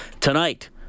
tonight